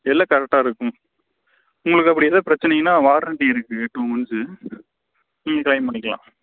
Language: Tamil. எல்லாம் கரெக்டாக இருக்கும் உங்களுக்கு அப்படி எதாவது பிரச்சனைனா வாரண்ட்டி இருக்குது டூ மந்த்ஸு நீங்கள் கிளைம் பண்ணிக்கலாம்